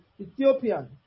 Ethiopian